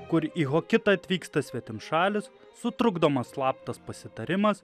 kur į hokitą atvyksta svetimšalis sutrukdomas slaptas pasitarimas